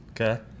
Okay